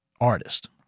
artist